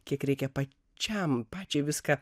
kiek reikia pačiam pačiai viską